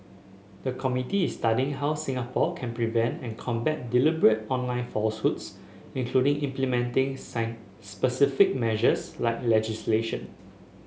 the committee is studying how Singapore can prevent and combat deliberate online falsehoods including implementing specific measures like legislation